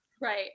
Right